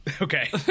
Okay